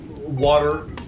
Water